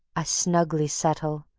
i snugly settle,